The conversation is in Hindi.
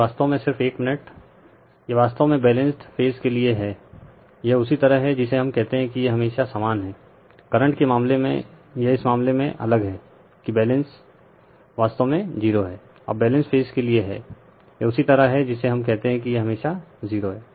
यह वास्तव में सिर्फ एक मिनट यह वास्तव में बैलेंस्ड फेज के लिए हैं यह उसी तरह है जिसे हम कहते है कि यह हमेशा समान हैं करंट के मामले में यह इस मामले में अलग हैं कि बैलेंस वास्तव में जीरो हैं अब बैलेंस फेज के लिए हैंl यह उसी तरह हैजिसे हम कहते हैं कि यह हमेशा 0 है